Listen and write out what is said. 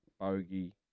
Bogey